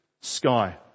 sky